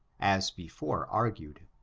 as before argued.